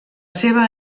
seva